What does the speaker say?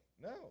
No